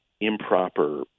improper